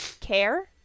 care